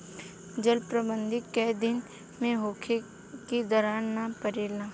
जल प्रबंधन केय दिन में होखे कि दरार न परेला?